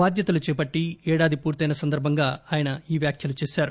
బాధ్యతలు చేపట్టి ఏడాది పూర్తయిన సందర్భంగా ఆయన ఈ వ్యాఖ్యలు చేశారు